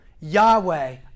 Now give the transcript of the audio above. Yahweh